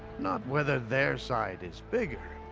not whether their side is bigger.